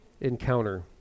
encounter